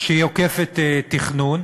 עוקפת תכנון,